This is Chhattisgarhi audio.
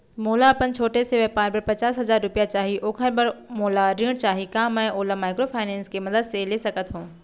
मोला अपन छोटे से व्यापार बर पचास हजार रुपिया चाही ओखर बर मोला ऋण चाही का मैं ओला माइक्रोफाइनेंस के मदद से ले सकत हो?